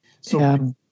So-